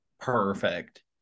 perfect